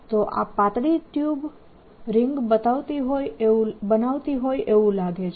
તો આ પાતળી ટ્યુબ રિંગ બનાવતી હોય એવું લાગે છે